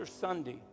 Sunday